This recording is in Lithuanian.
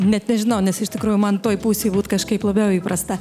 net nežinau nes iš tikrųjų man toj pusėj būt kažkaip labiau įprasta